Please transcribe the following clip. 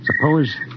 suppose